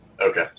Okay